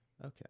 Okay